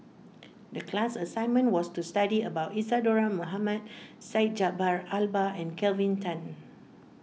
the class assignment was to study about Isadhora Mohamed Syed Jaafar Albar and Kelvin Tan